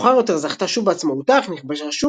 מאוחר יותר זכתה שוב בעצמאותה אך נכבשה